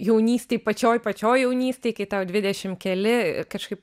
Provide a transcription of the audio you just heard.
jaunystėj pačioj pačioj jaunystėj kai tau dvidešim keli kažkaip